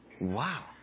Wow